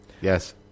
Yes